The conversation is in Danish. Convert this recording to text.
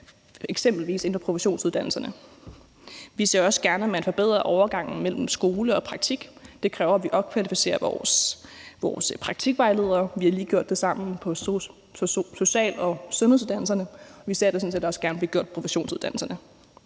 eksempelvis inden for professionsuddannelserne. Vi ser også gerne, at man forbedrer overgangen mellem skole og praktik. Det kræver, at vi opkvalificerer vores praktikvejledere. Vi har lige gjort det sammen på social- og sundhedsuddannelserne, og vi ser det sådan set også gerne blive gjort på professionsuddannelserne.